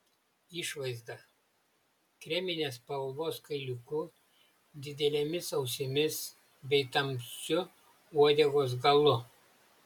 išvaizda kreminės spalvos kailiuku didelėmis ausimis bei tamsiu uodegos galu